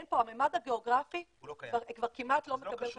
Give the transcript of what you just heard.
הממד הגיאוגרפי כבר כמעט לא מקבל חשיבות.